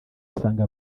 usanga